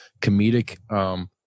comedic